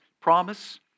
promise